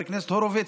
חבר הכנסת הורוביץ,